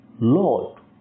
Lord